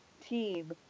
team